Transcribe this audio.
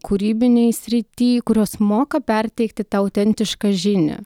kūrybinėj srity kurios moka perteikti tą autentišką žinią